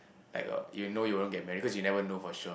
like um you know you won't get married because you'll never know for sure